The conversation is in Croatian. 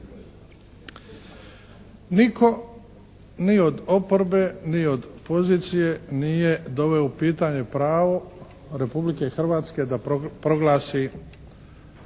Nitko ni od oporbe ni od pozicije nije doveo u pitanje pravo Republike Hrvatske da proglasi